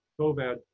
COVID